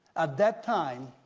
at that time,